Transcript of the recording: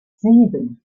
sieben